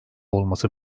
olması